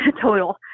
total